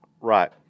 Right